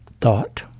thought